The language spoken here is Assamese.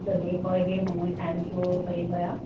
যদি হয়গৈ সময় টাইমটো হেৰি হয় আৰু